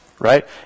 Right